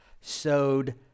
sowed